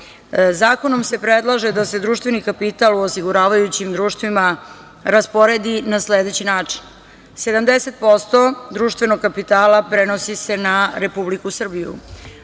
se predlaže da se društveni kapital u osiguravajućim društvima rasporedi na sledeći način: 70% društvenog kapitala prenosi se na Republiku Srbiju,